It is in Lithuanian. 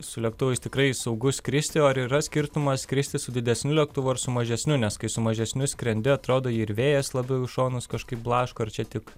su lėktuvais tikrai saugu skristi o ar yra skirtumas skristi su didesniu lėktuvu ar su mažesniu nes kai su mažesniu skrendi atrodo ir vėjas labiau į šonus kažkaip blaško ar čia tik